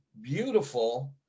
beautiful